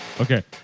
Okay